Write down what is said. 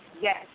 Yes